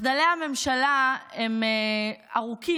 מחדלי הממשלה הם ארוכים,